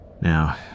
Now